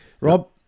Rob